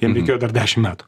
jiem reikėjo dar dešimt metų